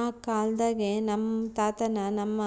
ಆ ಕಾಲ್ದಾಗೆ ನಮ್ ತಾತನ್ ತಮ್ಮ